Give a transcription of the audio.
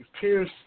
Pierce